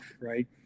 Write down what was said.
right